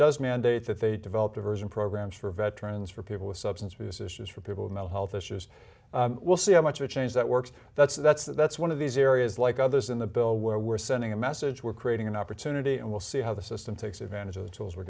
does mandate that they develop diversion programs for veterans for people with substance abuse issues for people with mental health issues we'll see how much a change that works that's that's that's one of these areas like others in the bill where we're sending a message we're creating an opportunity and we'll see how the system takes advantage of the tools we're